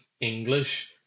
English